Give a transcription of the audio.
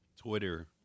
Twitter